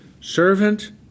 servant